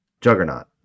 juggernaut